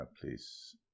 please